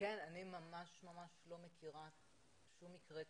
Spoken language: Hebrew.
אני ממש לא מכירה שום מקרה כזה.